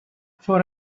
for